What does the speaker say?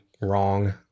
wrong